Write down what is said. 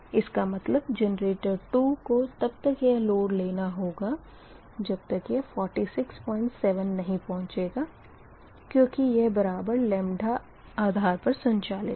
इसका मतलब जेनरेटर 2 को तब तक यह लोड लेना होगा जब तक यह 467 नही पहुँचेगा क्यूँकि यह बराबर आधार पर संचालित है